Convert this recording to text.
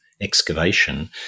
excavation